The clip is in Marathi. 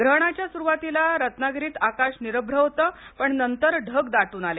ग्रहणाच्या सुरुवातीला रत्नागिरीत आकाश निरभ्र होतं पण नंतर ढग दाटून आले